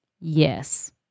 Yes